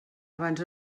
abans